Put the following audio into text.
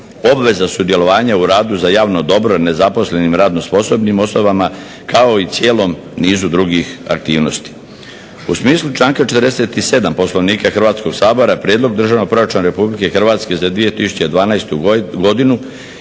obveza sudjelovanja u radu za javno dobro nezaposlenim i radno sposobnim osobama, kao i cijelom nizu drugih aktivnosti. U smislu članka 47. Poslovnika Hrvatskog sabora Prijedlog Državnog proračuna RH za 2012. godinu